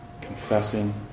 Confessing